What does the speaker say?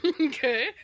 Okay